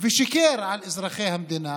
ושיקר לאזרחי המדינה,